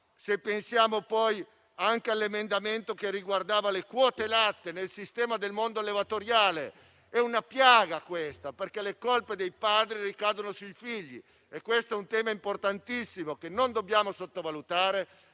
Pensiamo anche all'emendamento che riguardava le quote latte: nel sistema del mondo allevatoriale questa è una piaga, perché le colpe dei padri ricadono sui figli. È un tema importantissimo che non dobbiamo sottovalutare,